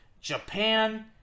Japan